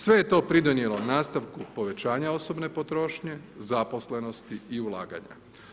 Sve je to pridonijelo nastavku povećanja osobne potrošnje, zaposlenosti i ulaganja.